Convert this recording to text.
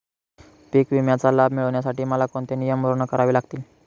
पीक विम्याचा लाभ मिळण्यासाठी मला कोणते नियम पूर्ण करावे लागतील?